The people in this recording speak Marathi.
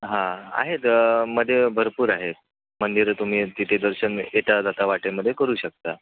हां आहेत मध्ये भरपूर आहेत मंदिरं तुम्ही तिथे दर्शन येता जाता वाटेमध्ये करू शकता